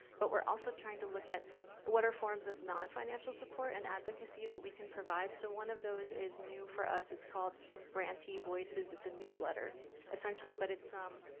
but we're also trying to look at what are forms of non-financial support and advocacy that we can provide? so one of those is new for us. it's called grantee voices, it's a newsletter essentially, but it's, um